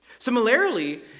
Similarly